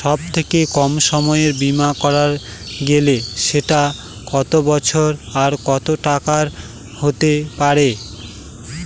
সব থেকে কম সময়ের বীমা করা গেলে সেটা কত বছর আর কত টাকার হতে পারে?